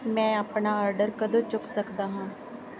ਮੈਂ ਆਪਣਾ ਆਰਡਰ ਕਦੋਂ ਚੁੱਕ ਸਕਦਾ ਹਾਂ